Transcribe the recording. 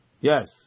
Yes